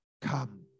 come